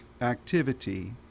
activity